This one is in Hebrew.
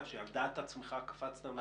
שעל דעת עצמך קפצת?